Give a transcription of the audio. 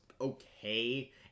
okay